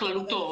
בכללותה,